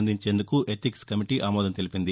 అందించేందుకు ethics committee ఆమోదం తెలిపింది